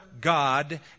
God